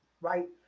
right